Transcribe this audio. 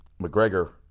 McGregor